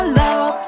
love